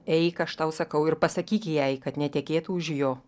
eik aš tau sakau ir pasakyk jai kad netekėtų už jo